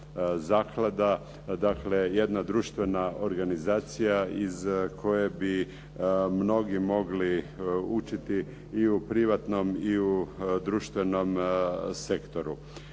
zaklada. Dakle jedna društvena organizacija iz koje bi mnogi mogli učiti i u privatnom i u društvenom sektoru.